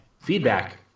Feedback